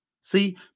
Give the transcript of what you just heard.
See